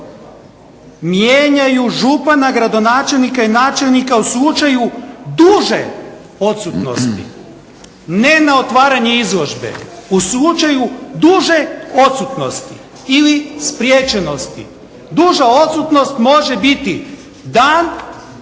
mijenjaju župana, gradonačelnika i načelnika u slučaju duže odsutnosti ne na otvaranje izložbe. U slučaju duže odsutnosti ili spriječenosti. Duža odsutnost može biti dan,